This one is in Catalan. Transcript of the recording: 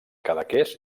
cadaqués